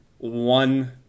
One